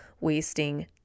wasting